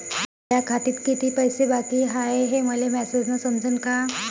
माया खात्यात कितीक पैसे बाकी हाय हे मले मॅसेजन समजनं का?